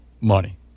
money